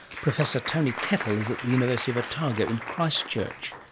professor tony kettle is at the university of otago in christchurch.